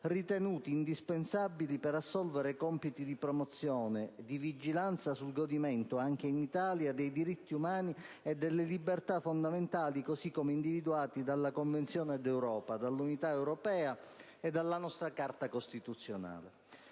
ritenuti indispensabili per assolvere a compiti di promozione, e di vigilanza sul godimento, anche in Italia, dei diritti umani e delle libertà fondamentali così come individuati dalle Convenzioni ONU, dall'Unione europea e tutelati dalla nostra Carta costituzionale.